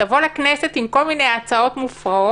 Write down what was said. תבוא לכנסת עם כל מיני הצעות מופרעות